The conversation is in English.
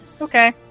Okay